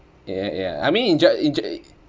ya ya I mean in gen~ in gen~ it